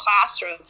classroom